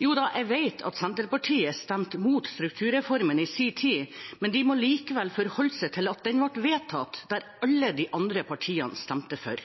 jeg vet at Senterpartiet stemte imot strukturreformen i sin tid, men de må likevel forholde seg til at den ble vedtatt, og at alle de andre partiene stemte for.